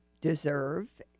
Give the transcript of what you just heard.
deserve